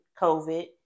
COVID